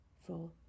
four